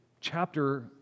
chapter